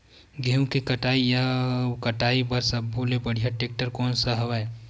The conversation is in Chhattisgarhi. गेहूं के कटाई या कटाई बर सब्बो ले बढ़िया टेक्टर कोन सा हवय?